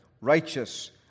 righteous